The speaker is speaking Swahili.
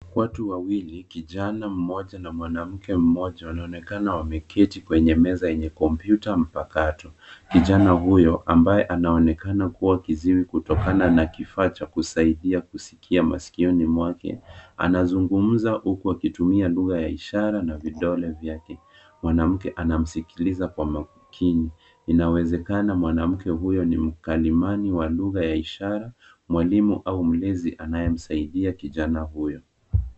Watu wawili, kijana mmoja na mwanamke mmoja, wanaonekana wameketi kwenye meza yenye kompyuta mpakato. Kijana huyo, ambaye anaonekana kuwa kiziwi kutokana na kifaa cha kusaidia kusikia masikioni mwake, anazungumza huku akitumia lugha ya ishara na vidole vyake. Mwanamke anamsikiliza kwa makini. Inawezekana mwanamke huyo ni mkalimani wa lugha ya ishara, mwalimu au mlezi anayemsaidia kijana huyo.